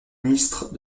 ministre